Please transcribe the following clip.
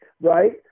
Right